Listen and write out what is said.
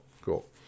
Cool